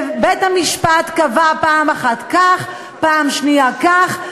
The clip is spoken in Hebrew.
שבית-המשפט קבע לגביהם פעם אחת כך ופעם שנייה כך,